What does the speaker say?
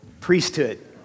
priesthood